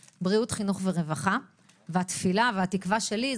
כל משרד מההיבט שלו יתחבר לתמונה כללית